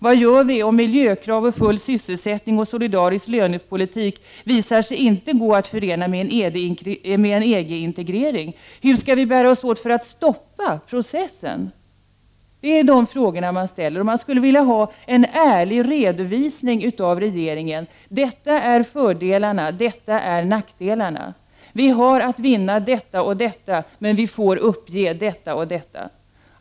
Vad skall vi göra om krav på miljö, full sysselsättning och solidarisk lönepolitik visar sig inte gå att förena med en EG-integrering? Hur skall vi bära oss åt för att stoppa processen? Det är de aktuella frågorna. Jag skulle vilja ha en ärlig redovisning av regeringen om vilka fördelar och nackdelar det finns och vad vi har att vinna och förlora.